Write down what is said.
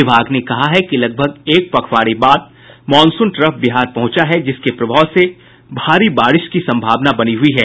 विभाग ने कहा है कि लगभग एक पखवाड़े बाद मॉनसून ट्रफ बिहार पहुंचा है जिसके प्रभाव से भारी बारिश की सम्भावना बनी हुई है